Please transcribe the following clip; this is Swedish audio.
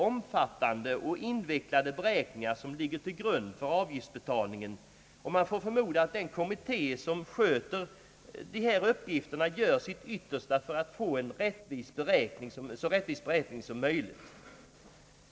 Omfattande och invecklade beräkningar ligger till grund för avgiftsbetalningen, och man får förmoda att den kommitté som sköter denna uppgift gör sitt yttersta för att få så rättvis beräkning som möjligt.